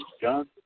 John